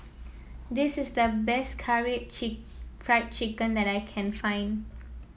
this is the best Karaage Fried Chicken that I can find